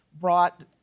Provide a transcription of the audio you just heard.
brought